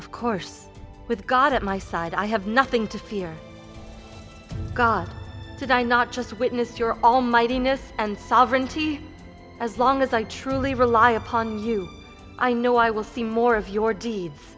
of course with god at my side i have nothing to fear god did i not just witnessed your all mighty know and sovereignty as long as i truly rely upon you i know i will see more of your deeds